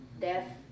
Death